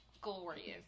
glorious